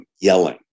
yelling